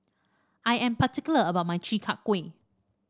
I am particular about my Chi Kak Kuih